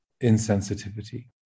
insensitivity